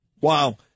Wow